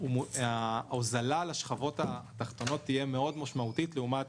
ההוזלה לשכבות התחתונות תהיה משמעותית מאוד לעומת